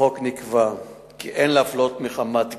בחוק נקבע כי אין להפלות מחמת גזע,